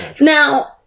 Now